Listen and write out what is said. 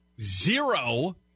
zero